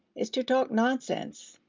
is to talk nonsense.